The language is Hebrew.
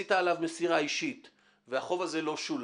ועשית עליו מסירה אישית והחוב הזה לא שולם,